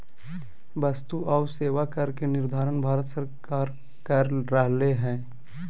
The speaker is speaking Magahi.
वस्तु आऊ सेवा कर के निर्धारण भारत सरकार कर रहले हें